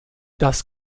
das